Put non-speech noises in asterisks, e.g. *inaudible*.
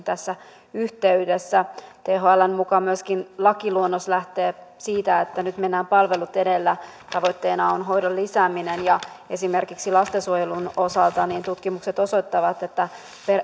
*unintelligible* tässä yhteydessä thln mukaan myöskin lakiluonnos lähtee siitä että nyt mennään palvelut edellä tavoitteena on hoidon lisääminen ja esimerkiksi lastensuojelun osalta tutkimukset osoittavat että